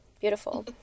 beautiful